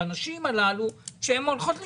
לנשים הללו שהולכות לסבול.